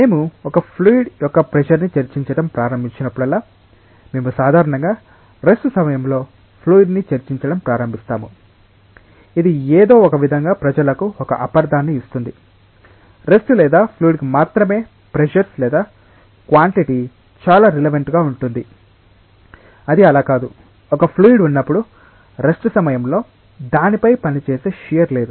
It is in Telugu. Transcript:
మేము ఒక ఫ్లూయిడ్ యొక్క ప్రెషర్ ని చర్చించటం ప్రారంభించినప్పుడల్లా మేము సాధారణంగా రెస్ట్ సమయంలో ఫ్లూయిడ్ ను చర్చించటం ప్రారంభిస్తాము ఇది ఏదో ఒకవిధంగా ప్రజలకు ఒక అపార్థాన్ని ఇస్తుంది రెస్ట్ లేదా ఫ్లూయిడ్ కు మాత్రమే ప్రెషర్స్ లేదా క్వాంటిటీ చాలా రిలవంటుగా ఉంటుంది అది అలా కాదు ఒక ఫ్లూయిడ్ ఉన్నప్పుడు రెస్ట్ సమయంలో దానిపై పనిచేసే షియర్ లేదు